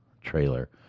trailer